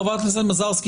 חברת הכנסת מזרסקי,